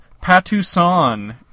Patusan